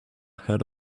head